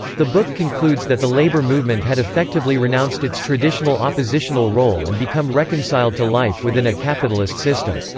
the book concludes that the labor movement had effectively renounced its traditional oppositional role and become reconciled to life within a capitalist system.